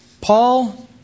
Paul